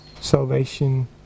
salvation